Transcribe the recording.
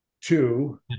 two